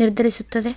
ನಿರ್ಧರಿಸುತ್ತದೆ?